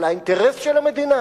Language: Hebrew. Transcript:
אבל האינטרס של המדינה,